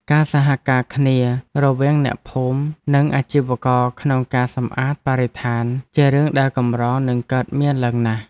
ការសហការគ្នារវាងអ្នកភូមិនិងអាជីវករក្នុងការសម្អាតបរិស្ថានជារឿងដែលកម្រនឹងកើតមានឡើងណាស់។